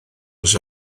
oes